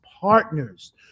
partners